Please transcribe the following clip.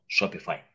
Shopify